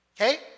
okay